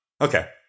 Okay